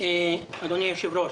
אדוני היושב-ראש,